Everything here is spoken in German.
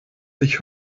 sich